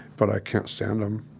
but i can't stand em.